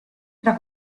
tra